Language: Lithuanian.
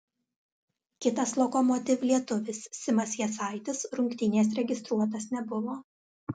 kitas lokomotiv lietuvis simas jasaitis rungtynės registruotas nebuvo